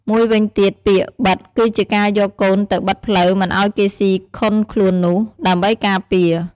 មួយវិញទៀតពាក្យ បិទ គឺជាការយកកូនទៅបិទផ្លូវមិនឱ្យគេស៊ីខុនខ្លួននោះ ដើម្បីការពារ។